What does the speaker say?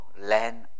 land